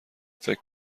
فکر